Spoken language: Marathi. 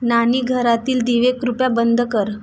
न्हाणीघरातील दिवे कृपया बंद कर